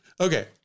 okay